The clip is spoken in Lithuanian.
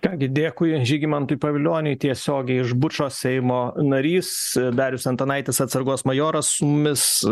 ką gi dėkui žygimantui pavilioniui tiesiogiai iš bučo seimo narys darius antanaitis atsargos majoras su mumis